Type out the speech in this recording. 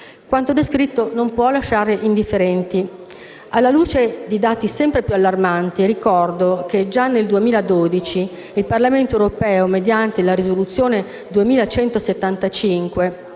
Quanto descritto non può lasciare indifferenti. Alla luce di dati sempre più allarmanti, ricordo che già nel 2012 il Parlamento europeo, mediante la risoluzione